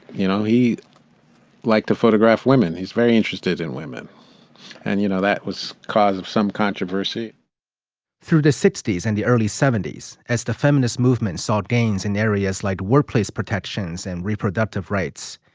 you know, he like to photograph women. he's very interested in women and, you know, that was cause of some controversy through the sixty s and the early seventy s. as the feminist movement saw gains in areas like workplace protections and reproductive rights,